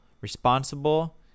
responsible